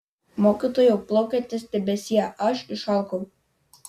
mokytojau plaukiantis debesie aš išalkau